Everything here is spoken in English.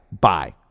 Bye